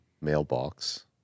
mailbox